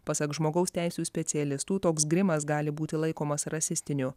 pasak žmogaus teisių specialistų toks grimas gali būti laikomas rasistiniu